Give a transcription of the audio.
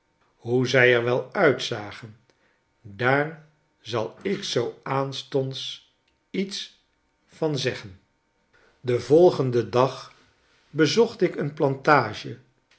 hoe zij er wel uitzagen daar zal ik zooaanstondsiets van zeggen den volgenden dag bezocht ik een plantage